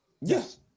Yes